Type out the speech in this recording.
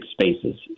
spaces